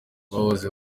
bahoze